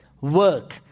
Work